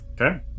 Okay